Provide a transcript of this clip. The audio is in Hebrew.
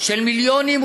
של מיליונים,